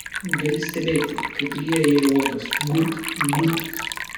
gali stebėti kaip ryja jie uogas gurkt gurkt